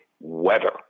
Weather